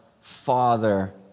father